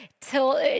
till